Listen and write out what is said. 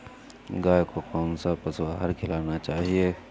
गाय को कौन सा पशु आहार खिलाना चाहिए?